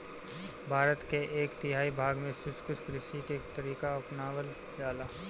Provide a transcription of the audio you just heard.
भारत के एक तिहाई भाग में शुष्क कृषि के तरीका अपनावल जाला